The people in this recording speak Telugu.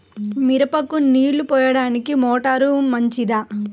మిరపకు నీళ్ళు పోయడానికి మోటారు మంచిదా?